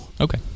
Okay